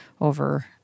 over